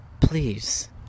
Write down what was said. please